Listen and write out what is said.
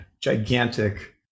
gigantic